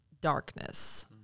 darkness